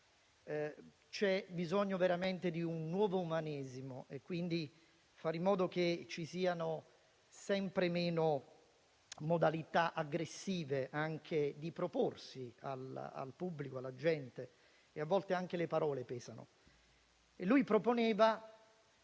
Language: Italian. bisogno di un nuovo umanesimo e quindi di fare in modo che ci siano sempre meno modalità aggressive anche di proporsi al pubblico, alla gente, perché a volte anche le parole pesano. Egli proponeva